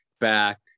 back